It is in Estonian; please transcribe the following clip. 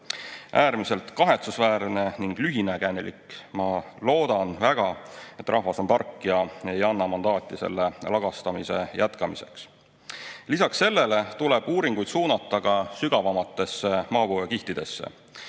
Äärmiselt kahetsusväärne ning lühinägelik. Ma loodan väga, et rahvas on tark ja ei anna mandaati selle lagastamise jätkamiseks. Lisaks sellele tuleb uuringuid suunata ka sügavamatesse maapõuekihtidesse.